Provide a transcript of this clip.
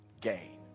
gain